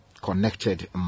connected